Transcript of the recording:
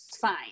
fine